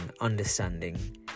understanding